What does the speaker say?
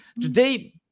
today